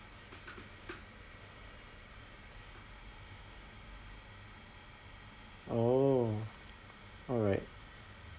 orh alright